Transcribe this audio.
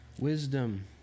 wisdom